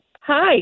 Hi